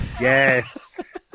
Yes